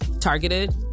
targeted